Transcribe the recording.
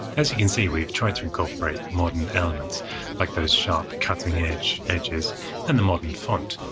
as you can see, we tried to incorporate modern elements like those sharp cutting edges edges and the modern font.